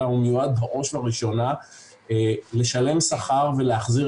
אלא הוא מיועד בראש ובראשונה לשלם שכר ולהחזיר